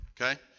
Okay